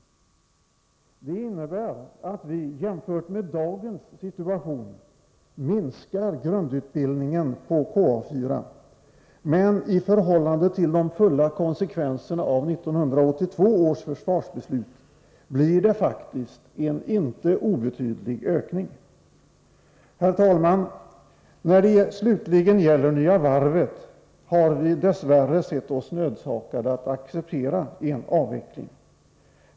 Det innebär att vi jämfört med dagens situation minskar grundutbildningen på KA 4, men i förhållande till de fulla konsekvenserna av 1982 års försvarsbeslut blir det faktiskt en inte obetydlig ökning. Herr talman! När det slutligen gäller Nya Varvet har vi dess värre sett oss nödsakade att acceptera en avveckling.